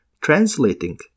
translating